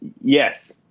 Yes